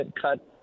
cut